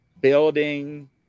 building